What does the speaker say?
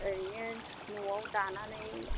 ओरैनो न'आव दानानै